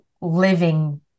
living